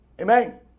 Amen